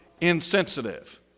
insensitive